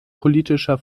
politischer